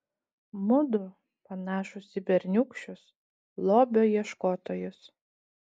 mudu panašūs į berniūkščius lobio ieškotojus